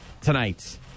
Tonight